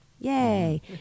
Yay